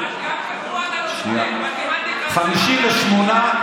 גם פה אתה לא צודק.